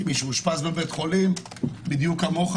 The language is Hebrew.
שאושפז בבית חולים בדיוק כמוך